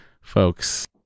folks